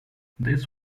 this